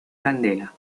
candela